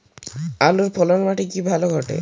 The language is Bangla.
আলুর ফলন মাটি তে ভালো ঘটে?